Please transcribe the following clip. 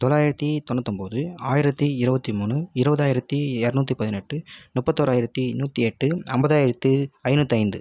தொள்ளாயிரத்தி தொண்ணுத்தொன்போது ஆயிரத்தி இருபத்தி மூணு இருபதாயிரத்தி இரநூத்தி பதினெட்டு முப்பத்தோராயிரத்தி நூற்று எட்டு ஐம்பதாயிரத்தி ஐநூற்று ஐந்து